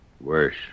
Worse